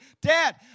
Dad